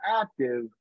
active